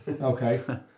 okay